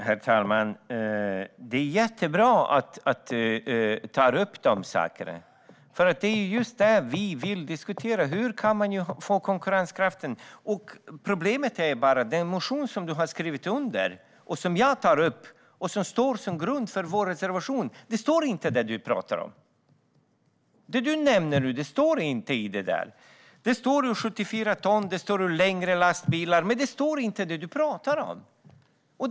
Herr ålderspresident! Det är jättebra att du tar upp de sakerna, Robert Halef. Det är just det vi vill diskutera. Hur kan man stärka konkurrenskraften? Problemet är bara att det som du talar om inte står i den motion som du har skrivit under, som jag tar upp och som ligger till grund för vår reservation. Det som du nämner nu står inte med i den. 74 ton står med. Längre lastbilar står med. Men det du talar om står inte med där.